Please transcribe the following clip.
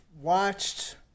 watched